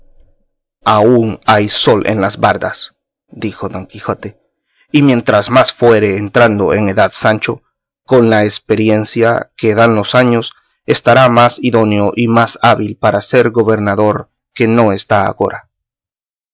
aún hay sol en las bardas dijo don quijote y mientras más fuere entrando en edad sancho con la esperiencia que dan los años estará más idóneo y más hábil para ser gobernador que no está agora